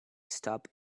stop